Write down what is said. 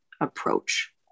approach